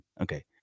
Okay